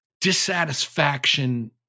dissatisfaction